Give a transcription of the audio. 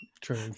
true